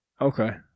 Okay